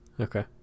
Okay